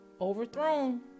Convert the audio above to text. overthrown